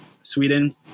Sweden